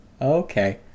Okay